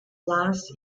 last